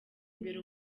imbere